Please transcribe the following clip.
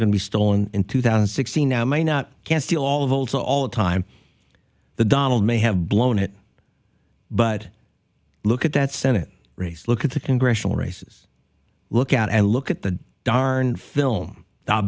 going to be stolen in two thousand and sixteen now may not can steal all votes all the time the donald may have blown it but look at that senate race look at the congressional races look at and look at the darn film